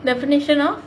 definition of